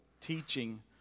teaching